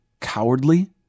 cowardly